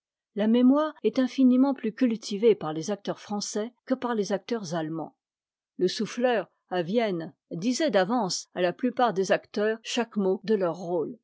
la mémoire est infiniment plus cuttivée par les acteurs français que par les acteurs attemands le souffleur à vienne disait d'avance à la plupart des acteurs chaque mot de leur rôle